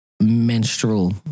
menstrual